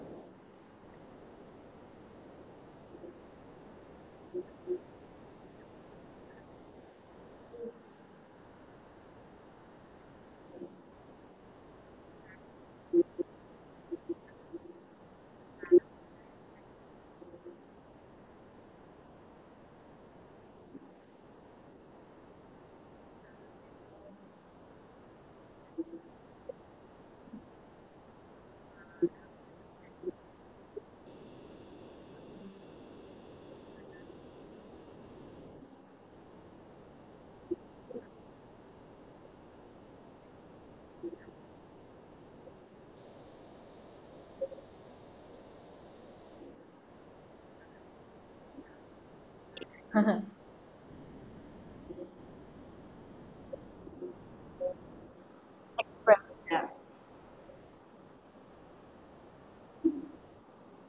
ya